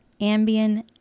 Ambien